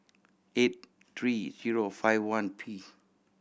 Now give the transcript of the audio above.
eight three zero five one P